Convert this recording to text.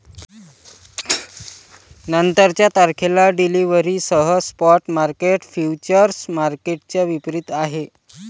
नंतरच्या तारखेला डिलिव्हरीसह स्पॉट मार्केट फ्युचर्स मार्केटच्या विपरीत आहे